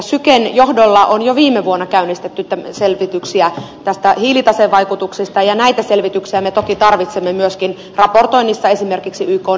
syken johdolla on jo viime vuonna käynnistetty selvityksiä tästä hiilitasevaikutuksesta ja näitä selvityksiä me toki tarvitsemme myöskin raportoinnissa esimerkiksi ykn ilmastosopimukselle